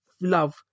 love